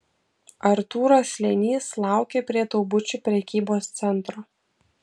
artūras slėnys laukė prie taubučių prekybos centro